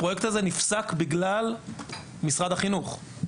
הפרויקט נפסק בגלל משרד החינוך.